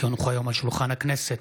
כי הונחו היום על שולחן הכנסת,